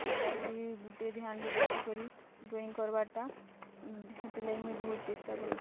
ପୁରାପୁରି ଗୁଟେ ଧ୍ୟାନରେ ରଖିକରି ଡ୍ରଇଂ କର୍ବାର୍ଟା ହେତିର୍ ଲାଗି ମୁଇଁ ବହୁତ୍ ଚେଷ୍ଟା କରୁଛି